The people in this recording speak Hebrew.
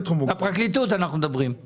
אנחנו מדברים על הפרקליטות.